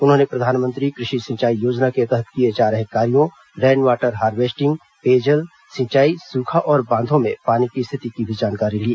उन्होंने प्रधानमंत्री कृषि सिंचाई योजना के तहत किए जा रहे कार्यो रेन वाटर हार्वेस्टिंग पेयजल सिंचाई सूखा और बांधों में पानी की स्थिति की भी जानकारी ली